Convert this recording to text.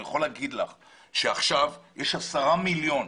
אני יכול לומר לך שעכשיו יש 10 מיליון,